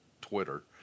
Twitter